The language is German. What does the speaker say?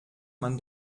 man